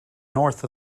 north